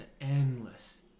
endless